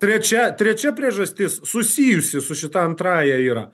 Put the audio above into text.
trečia trečia priežastis susijusi su šita antrąja yra